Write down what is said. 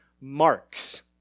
marks